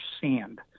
sand